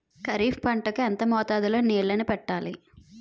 ఖరిఫ్ పంట కు ఎంత మోతాదులో నీళ్ళని పెట్టాలి?